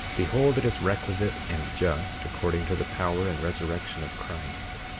behold, it is requisite and just, according to the power and resurrection of christ,